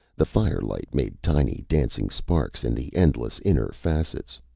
the firelight made tiny dancing sparks in the endless inner facets.